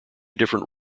different